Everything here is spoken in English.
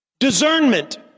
Discernment